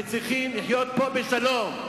וצריכים לחיות פה בשלום.